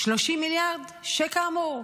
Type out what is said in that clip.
30 מיליארד שכאמור,